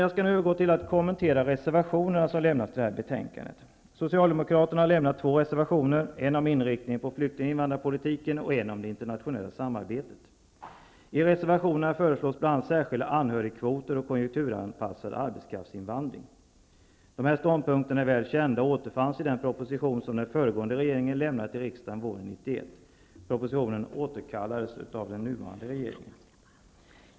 Jag skall nu övergå till att kommentera de reservationer som har fogats till detta betänkande. Socialdemokraterna har avlämnat två reservationer, en om inriktningen på flykting och invandrarpolitiken och en om det internationella samarbetet. I reservationerna föreslås bl.a. särskilda anhörigkvoter och konjunkturanpassad arbetskraftsinvandring. Ståndpunkterna är väl kända och återfanns i den proposition som den föregående regeringen lämnade till riksdagen våren 1991. Propositionen återkallades av den nuvarande regeringen.